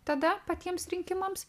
tada patiems rinkimams